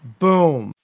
boom